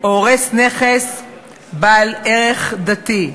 או הורס נכס בעל ערך דתי.